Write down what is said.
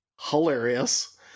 hilarious